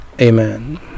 Amen